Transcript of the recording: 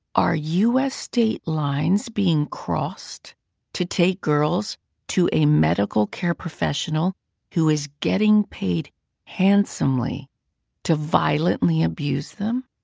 are us state lines being crossed to take girls to a medical care professional who is getting paid handsomely to violently abuse them?